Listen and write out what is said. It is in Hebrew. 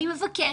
אני מבקשת,